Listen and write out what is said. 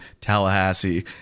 Tallahassee